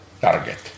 target